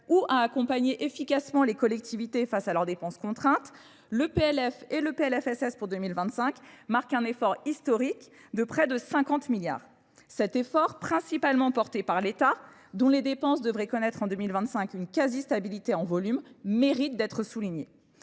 ou à accompagner efficacement les collectivités face à leurs dépenses contraintes, le PLF et le PLFSS pour 2025 marquent un effort historique de près de 50 milliards. Cet effort, principalement porté par l'État, dont les dépenses devraient connaître en 2025 une quasi-stabilité en volume, mérite d'être souligné.